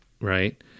right